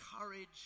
courage